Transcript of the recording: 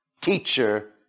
teacher